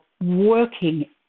working